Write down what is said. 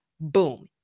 Boom